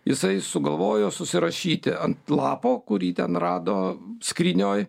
jisai sugalvojo susirašyti ant lapo kurį ten rado skrynioj